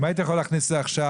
אם הייתי יכול להכניס את זה עכשיו,